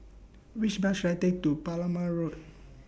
Which Bus should I Take to Palmer Road